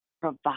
Provide